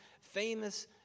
famous